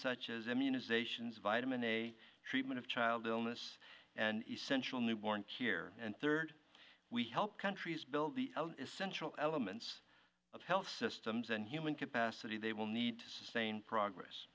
such as immunizations vitamin a treatment of child illness and essential newborn keir and third we help countries build the essential elements of health systems and human capacity they will need to sustain progress